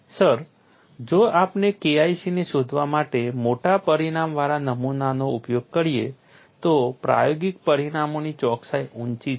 sir જો આપણે KIC ને શોધવા માટે મોટા પરિમાણવાળા નમૂનાનો ઉપયોગ કરીએ તો પ્રાયોગિક પરિણામોની ચોકસાઈ ઊંચી છે